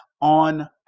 on